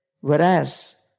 Whereas